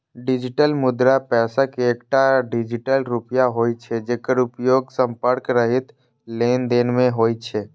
digital मुद्रा पैसा के एकटा डिजिटल रूप होइ छै, जेकर उपयोग संपर्क रहित लेनदेन मे होइ छै